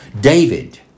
David